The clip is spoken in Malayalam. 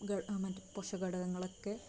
മറ്റ് പോഷകഘടകങ്ങളൊക്കെ